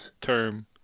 term